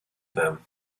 them